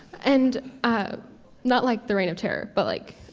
and not like the reign of terror, but like,